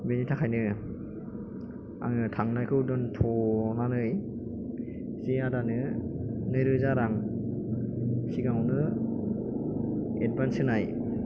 बेनि थाखायनो आङो थांनायखौ दोनथ'नानै जे आदानो नैरोजा रां सिगाङावनो एडभान्स होनाय